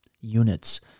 units